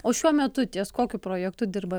o šiuo metu ties kokiu projektu dirba